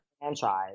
franchise